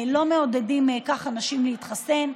לא מעודדים כך אנשים להתחסן.